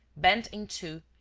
bent in two,